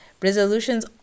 Resolutions